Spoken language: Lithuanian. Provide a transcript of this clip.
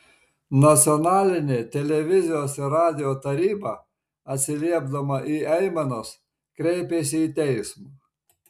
nacionalinė televizijos ir radijo taryba atsiliepdama į aimanas kreipėsi į teismą